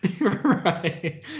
right